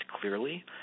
clearly